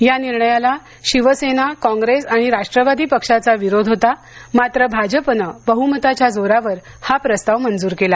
या निर्णयाला शिवसेना कॉंग्रेस आणि राष्ट्रवादी पक्षांचा विरोध होता मात्र भाजपने बहमताच्या जोरावर हा प्रस्ताव मंजूर केला